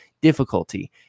difficulty